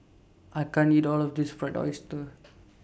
I can't eat All of This Fried Oyster